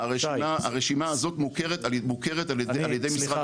שי --- הרשימה הזו מוכרת על ידי משרד